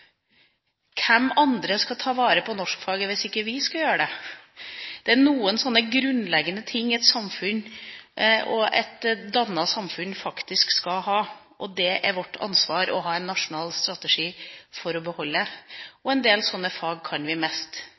Hvem andre skal ta vare på norskfaget hvis ikke vi skal gjøre det? Det er noen slike grunnleggende ting et samfunn – et dannet samfunn – faktisk skal ha, og dette er det vårt ansvar å ha en nasjonal strategi for å beholde. En del slike fag kan vi